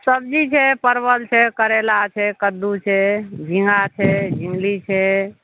सबजी छै परवल छै करेला छै कद्दू छै झिङ्गा छै झिङ्गुली छै